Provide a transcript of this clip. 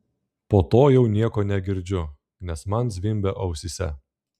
po to jau nieko negirdžiu nes man zvimbia ausyse